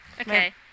Okay